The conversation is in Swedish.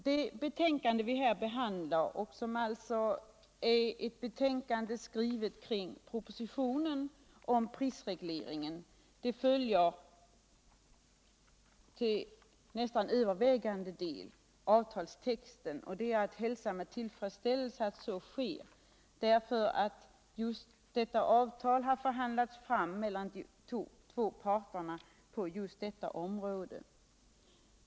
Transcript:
Det betänkande vi här behandlar, skrivet kring propositionen om prisregleringen, följer till nästan övervägande del avtalstexten. Det bör hälsas med tillfredsställelse, därför att detta avtal har förhandlats fram mellan de två parterna.